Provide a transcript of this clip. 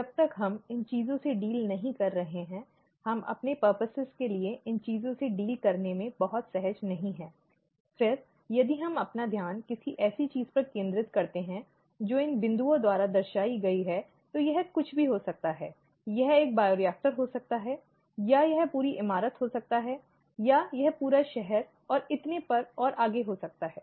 जब तक हम इन चीजों से निपट नहीं रहे हैं हम अपने उद्देश्यों के लिए इन चीजों से निपटने में बहुत सहज नहीं हैं फिर यदि हम अपना ध्यान किसी ऐसी चीज पर केंद्रित करते हैं जो इन बिंदुओं द्वारा दर्शाई गई है तो यह कुछ भी हो सकती है यह एक बायोरिएक्टर हो सकता है या यह पूरी इमारत हो सकती है यह एक पूरा शहर और इतने पर और आगे हो सकता है